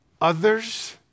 others